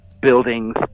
buildings